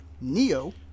Neo